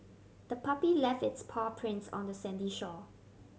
the puppy left its paw prints on the sandy shore